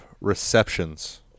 receptions